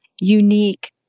unique